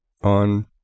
on